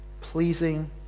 pleasing